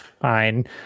fine